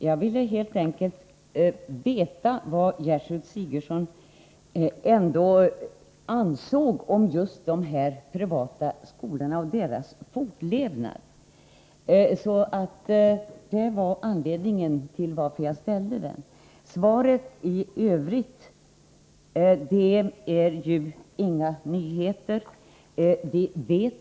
Jag ville helt enkelt veta vad Gertrud Sigurdsen ansåg om just de här privata skolorna och deras fortlevnad. — Det var anledningen till att jag ställde frågan till henne. Svaret innehåller inga nyheter.